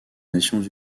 nations